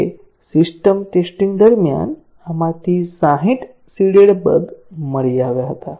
હવે system testing દરમિયાન આમાંથી 60 સીડેડ બગ મળી આવ્યા હતા